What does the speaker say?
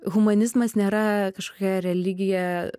humanizmas nėra kažkokia religija